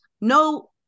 no